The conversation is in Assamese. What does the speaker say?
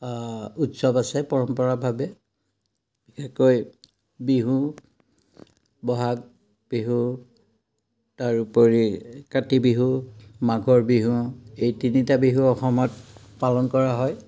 উৎসৱ আছে পৰম্পৰাভাৱে বিশেষকৈ বিহু বহাগ বিহু তাৰোপৰি কাতি বিহু মাঘৰ বিহু এই তিনিটা বিহু অসমত পালন কৰা হয়